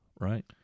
right